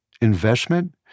investment